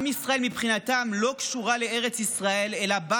עם ישראל מבחינתם לא קשור לארץ ישראל אלא בא